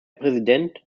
präsident